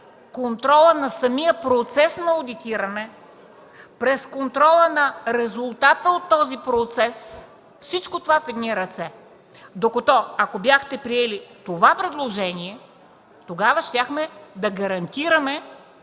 контрола на самия процес на одитиране, през контрола на резултата от този процес, всичко това – в едни ръце. Докато, ако бяхте приели това предложение, тогава щяхме да гарантираме,